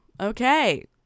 Okay